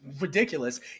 Ridiculous